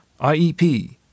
IEP